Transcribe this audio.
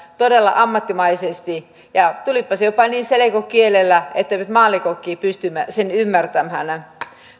todella ammattimaisesti ja tulipa se jopa niin selkokielellä että nyt maallikotkin pystymme sen ymmärtämään